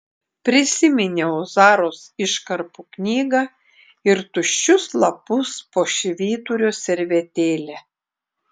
prisiminiau zaros iškarpų knygą ir tuščius lapus po švyturio servetėle